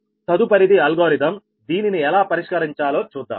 తదుపరిది అల్గోరిథం దీనిని ఎలా పరిష్కరించాలో చూద్దాం